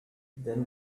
then